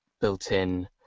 built-in